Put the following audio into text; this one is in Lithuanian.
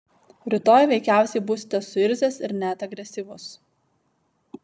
rytoj veikiausiai būsite suirzęs ir net agresyvus